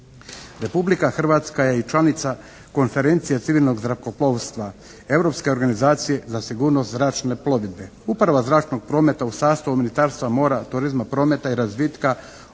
Republika Hrvatska je i članica Konferencije civilnog zrakoplovstva, Europske organizacije za sigurnost zračne plovidbe. Uprava zračnog prometa u sastavu Ministarstva mora, turizma, prometa i razvitka